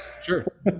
Sure